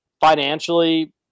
financially